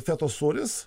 fetos sūris